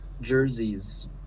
jerseys